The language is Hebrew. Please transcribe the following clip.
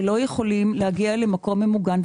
שלא יכולים להגיע למקום ממוגן.